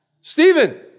Stephen